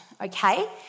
okay